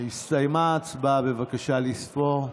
הסתיימה ההצבעה, בבקשה לספור.